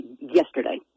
yesterday